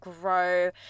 grow